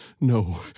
No